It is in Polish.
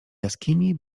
jaskini